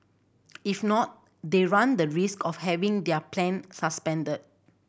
if not they run the risk of having their plan suspended